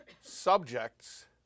subjects